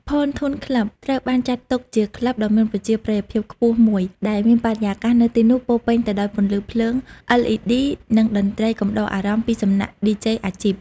ផនធូន ក្លឹប (Pontoon Club) ត្រូវបានចាត់ទុកជាក្លឹបដ៏មានប្រជាប្រិយភាពខ្ពស់មួយ ដែលមានបរិយាកាសនៅទីនោះពោរពេញទៅដោយពន្លឺភ្លើង LED និងតន្ត្រីកំដរអារម្មណ៍ពីសំណាក់ឌីជេអាជីព។